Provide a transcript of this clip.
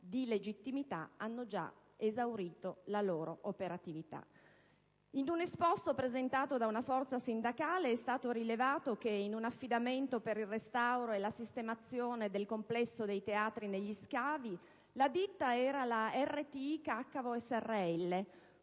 di legittimità, hanno già esaurito la loro operatività. In un esposto presentato da una forza sindacale è stato rilevato che in un affidamento per il restauro e la sistemazione del complesso dei teatri negli scavi la ditta era RTI Caccavo